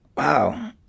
Wow